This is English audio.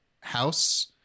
house